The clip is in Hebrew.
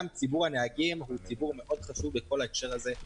ציבור הנהגים הוא ציבור מאוד חשוב בהקשר הזה.